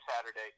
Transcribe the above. Saturday